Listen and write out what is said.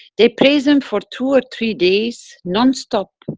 they praise him for two or three days non-stop.